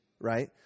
right